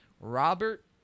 Robert